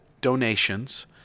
donations